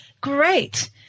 great